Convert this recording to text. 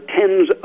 tens